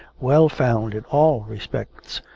well found in all respects,